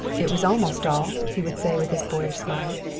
it was almost all, he would say with his boyish smile.